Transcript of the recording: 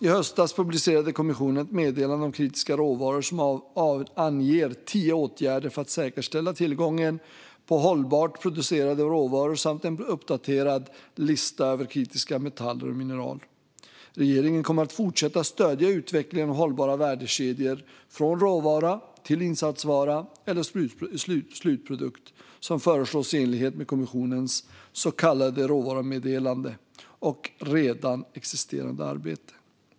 I höstas publicerade kommissionen ett meddelande om kritiska råvaror som anger tio åtgärder för att säkerställa tillgången på hållbart producerade råvaror samt en uppdaterad lista över kritiska metaller och mineral. Regeringen kommer att fortsätta stödja utvecklingen av hållbara värdekedjor från råvara till insatsvara eller slutprodukt, som föreslås i enlighet med kommissionens så kallade råvarumeddelande och redan existerande arbete.